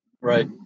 Right